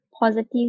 positive